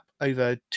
over